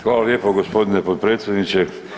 Hvala lijepo g. potpredsjedniče.